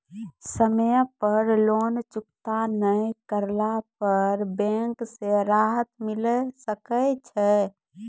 समय पर लोन चुकता नैय करला पर बैंक से राहत मिले सकय छै?